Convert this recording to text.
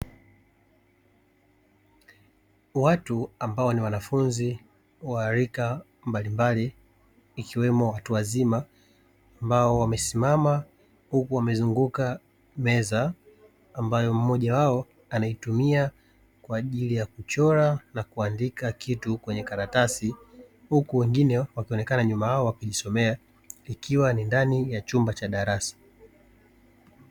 Watu ambao ni wanafunzi wa rika mbalimbali ikiwemo watu wazima ambao wamesimama huku wamezunguka meza ambayo mmoja wao anaitumia kwa ajili ya kuchora na kuandika kitu kwenye karatasi, huku wengine wakionekana nyuma yao wakijisomea; ikiwa ni ndani ya chumba cha darasa.